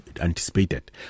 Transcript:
anticipated